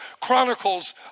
chronicles